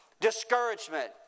Discouragement